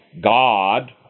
God